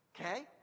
Okay